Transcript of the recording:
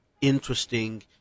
interesting